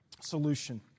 Solution